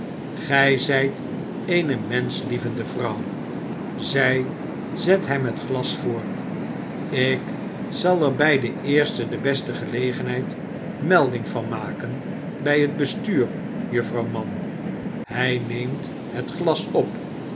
gij zijt eene menschlievende vrouw zij zet hem het glas voor ik zal er bij de eerste de beste gelegenheid melding van maken bij het bestuur juffrouw mann hij neemt het glas op